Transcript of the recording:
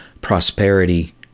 prosperity